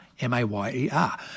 M-A-Y-E-R